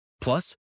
Plus